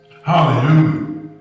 Hallelujah